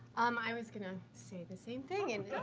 um i was going to say the same thing. and